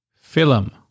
film